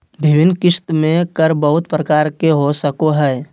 विभिन्न किस्त में कर बहुत प्रकार के हो सको हइ